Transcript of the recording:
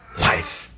life